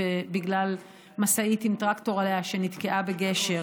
בגלל משאית עם טרקטור עליה שנתקעה בגשר.